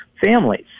families